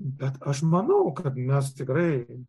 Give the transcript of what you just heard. bet aš manau kad mes tikrai